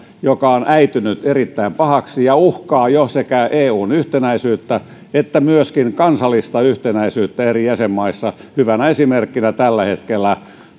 joka on äitynyt erittäin pahaksi ja uhkaa jo sekä eun yhtenäisyyttä että myöskin kansallista yhtenäisyyttä eri jäsenmaissa hyvänä esimerkkinä tällä hetkellä on